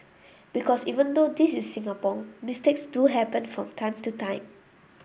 because even though this is Singapore mistakes do happen from time to time